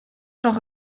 doch